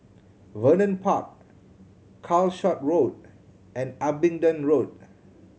Vernon Park Calshot Road and Abingdon Road